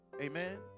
Amen